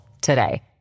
today